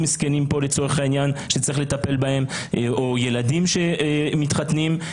זקנים שצריך לטפל בהם או ילדים שמתחתנים.